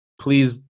Please